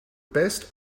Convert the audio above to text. best